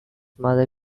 mother